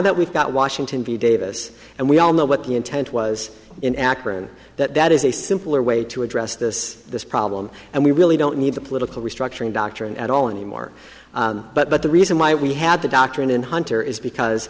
that we've got washington d davis and we all know what the intent was in akron that that is a simpler way to address this problem and we really don't need the political restructuring doctrine at all anymore but the reason why we had the doctrine in hunter is because